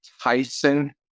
Tyson